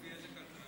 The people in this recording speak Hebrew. לפי איזה קלפיות?